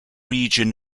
region